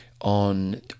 on